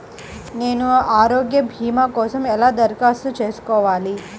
నేను ఆరోగ్య భీమా కోసం ఎలా దరఖాస్తు చేసుకోవాలి?